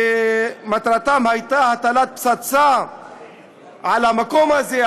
שמטרתם הייתה הטלת פצצה על המקום הזה,